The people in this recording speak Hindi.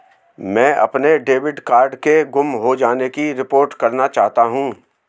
मैं अपने डेबिट कार्ड के गुम हो जाने की रिपोर्ट करना चाहता हूँ